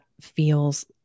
feels